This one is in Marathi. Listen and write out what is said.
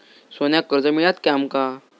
सोन्याक कर्ज मिळात काय आमका?